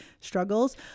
struggles